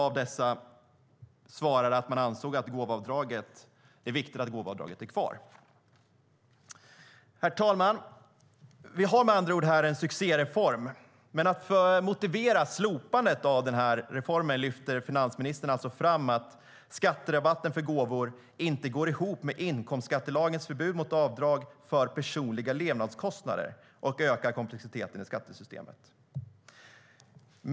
Av dessa svarade 12 att de ansåg att det var viktigt att gåvoavdraget får vara kvar. Herr talman! Vi har med andra ord här en succéreform. Men för att motivera ett slopande av den lyfter finansministern alltså fram att "skatterabatt för gåvor går inte ihop med inkomstskattelagens förbud mot avdrag för personliga levnadskostnader och ökar komplexiteten i skattesystemet".